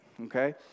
okay